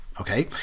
Okay